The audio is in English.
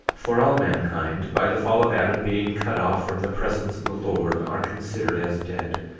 for all mankind, by the fall of adam being cut off from the presence of the lord, are considered as dead,